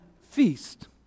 feast